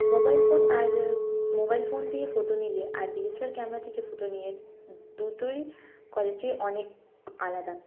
mobile phone আর mobile phone দিয়ে photo নিলে আর D S L R camera থেকে ফোটো নিয়ে দুটোরই কোয়ালিটি অনেক আলাদা